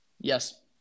Yes